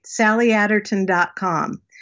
sallyadderton.com